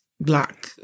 black